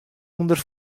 ûnder